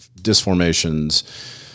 disformations